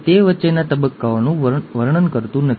ઉંચું એ એક લક્ષણ છે અથવા ટૂંકું લક્ષણ છે ઠીક છે